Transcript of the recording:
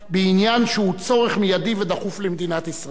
בעניין שהוא צורך מיידי ודחוף למדינת ישראל.